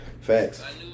Facts